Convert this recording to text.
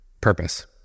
purpose